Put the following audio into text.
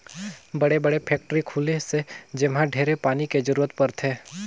बड़े बड़े फेकटरी खुली से जेम्हा ढेरे पानी के जरूरत परथे